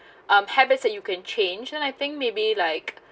um habits that you can change then I think maybe like